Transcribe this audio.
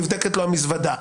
נבדקת לו המזוודה.